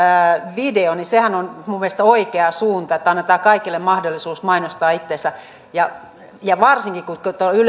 video ja sehän on minun mielestäni oikea suunta että annetaan kaikille mahdollisuus mainostaa itseänsä ja ja varsinkin kun